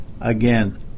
again